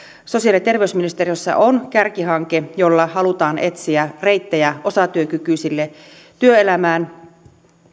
sosiaali ja terveysministeriössä on kärkihanke jolla halutaan etsiä reittejä osatyökykyisille työelämään